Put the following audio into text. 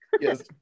yes